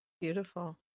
Beautiful